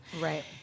Right